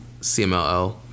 CMLL